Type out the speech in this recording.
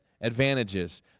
advantages